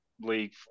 league